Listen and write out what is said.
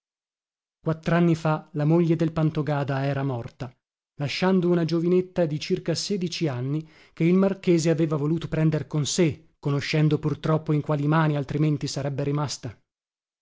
incorreggibile quattranni fa la moglie del pantogada era morta lasciando una giovinetta di circa sedici anni che il marchese aveva voluto prendere con sé conoscendo pur troppo in quali mani altrimenti sarebbe rimasta